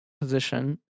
position